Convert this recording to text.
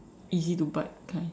easy to bite kind